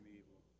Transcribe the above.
evil